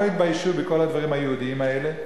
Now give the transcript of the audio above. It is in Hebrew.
לא התביישו בכל הדברים היהודיים האלה,